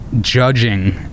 Judging